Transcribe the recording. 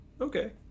Okay